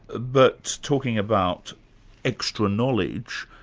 but talking about extra knowledge,